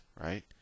right